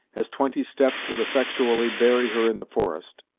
as twenty steps would effectually bury her in the forest.